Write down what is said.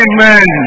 Amen